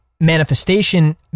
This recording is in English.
manifestation